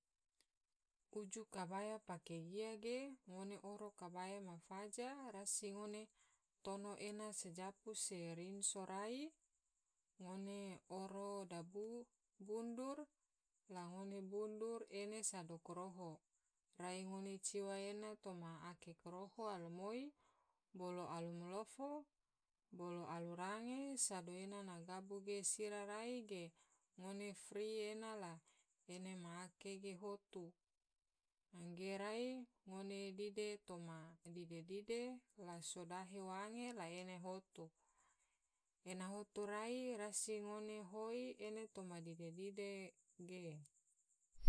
Uju kabaya pake gia ge ngone oro kabaya ma faja rasi ngone tono ena so japu se rinso, rai ngone oro bundur la ngone bundur ene sado koroho rai ngone ciwa ena toma ake koroho alumoi, bolo alulofo, bolo alurange, sado ena na magabu ge sira rasi rai ge ngone fri ena la ena ma ake ge hotu, angge rai ngone dide toma dide dide la sodahe wange la ena hotu, ena hotu rai rasi ngone hoi ena toma dide dide ge.